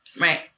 Right